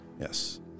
yes